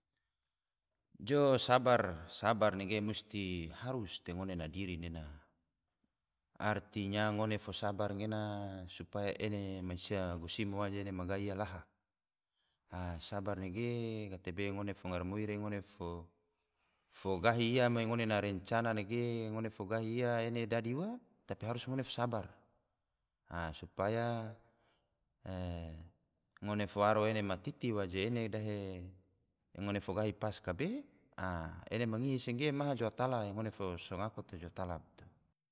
Jo sabar, sabar nege musti harus te ngone na diri nena, artinya ngone fo sabar gena supaya ene mansia gosimo waje toma gai ia laha. sabar nege gatebe fo ngone garamoi re ngone fo gahi ia me ngone ma rencana nege ngone fo gahi ia ene dadi ua tapi harus ngone fo sabar. supaya ngone fo waro ene ma titi, waje ene dahe. ngone fo gahi pas kabe a ene ma ngihi se ge, maha jou ta allah yang ngone fo songako te jou ta allah.